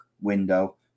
window